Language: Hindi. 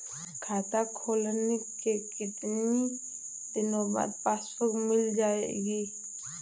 खाता खोलने के कितनी दिनो बाद पासबुक मिल जाएगी?